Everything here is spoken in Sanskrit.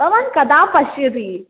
भवान् कदा पश्यति